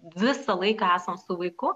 visą laiką esam su vaiku